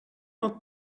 not